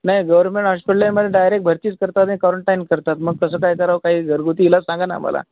नाही गवर्मेंट हॉश्पिट्लमध्ये डायरेक् भरतीच करतात नि क्वारंटाईन करतात मग त्याचं काय करावं काही घरगुती इलाज सांगा ना आम्हाला